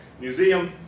museum